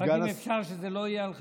רק אם אפשר שזה לא יהיה על חשבוני.